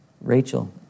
Rachel